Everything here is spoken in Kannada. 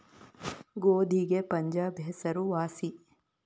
ಗೋಧಿಗೆ ಪಂಜಾಬ್ ಹೆಸರು ವಾಸಿ